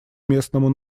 местному